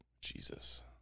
Jesus